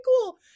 cool